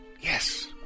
Yes